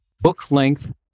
book-length